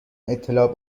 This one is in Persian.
اطلاع